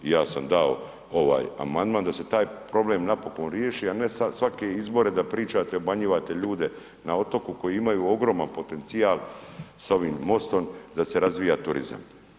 I ja sam dao ovaj amandman da se taj problem napokon riješi a ne za svake izbore da pričate, obmanjivate ljude na otoku koji imaju ogroman potencijal sa ovim mostom da se razvija turizam.